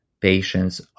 patients